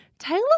Taylor